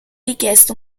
richiesto